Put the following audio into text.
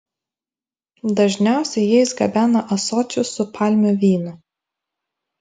dažniausiai jais gabena ąsočius su palmių vynu